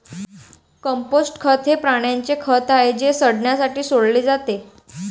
compost खत हे प्राण्यांचे खत आहे जे सडण्यासाठी सोडले जाते